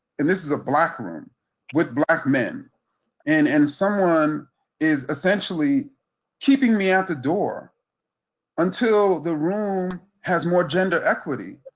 and this is a black room with black men and and someone is essentially keeping me at the door until the room has more gender equity,